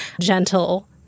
gentle